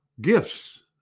gifts